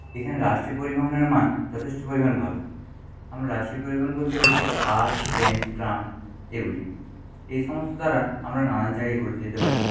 এখানে রাষ্ট্রীয় পরিবহনের মান যথেষ্ট পরিমাণ ভালো আমরা রাষ্ট্রীয় পরিবহন বলতে বুঝি বাস ট্রেন ট্রাম এগুলি এ সমস্ত দ্বারা আমরা নানান জায়গায় ঘুরতে যেতে পারি